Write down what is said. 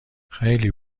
خیلی